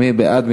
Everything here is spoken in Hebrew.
מי בעד?